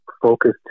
focus